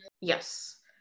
Yes